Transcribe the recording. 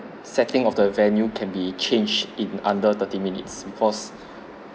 setting of the venue can be changed in under thirty minutes because